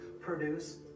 produce